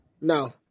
No